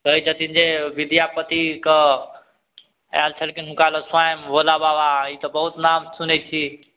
कहय छथिन जे विद्यापतिके आयल छलखिन हुनका लग स्वयम भोला बाबा ई तऽ बहुत नाम सुनय छी